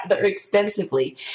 extensively